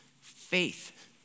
faith